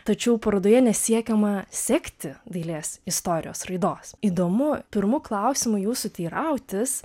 tačiau parodoje nesiekiama sekti dailės istorijos raidos įdomu pirmu klausimu jūsų teirautis